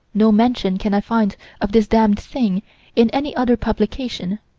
no mention can i find of this damned thing in any other publication.